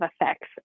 effects